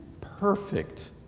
perfect